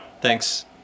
Thanks